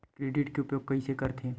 Credit के उपयोग कइसे करथे?